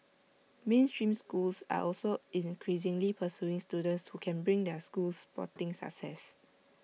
mainstream schools are also increasingly pursuing students who can bring their schools sporting success